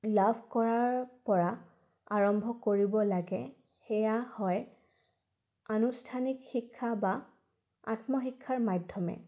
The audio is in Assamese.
লাভ কৰাৰ পৰা আৰম্ভ কৰিব লাগে সেয়া হয় আনুষ্ঠানিক শিক্ষা বা আত্মশিক্ষাৰ মাধ্যমে